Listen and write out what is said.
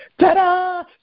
Ta-da